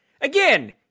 Again